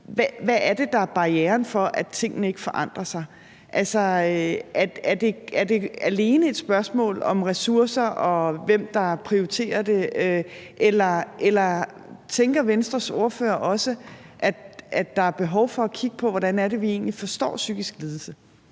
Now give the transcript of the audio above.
hvad er det så, der er barrieren for, at tingene ikke forandrer sig? Altså, er det alene et spørgsmål om ressourcer, og hvem der prioriterer det, eller tænker Venstres ordfører også, at der er behov for at kigge på, hvordan vi egentlig forstår psykisk lidelse?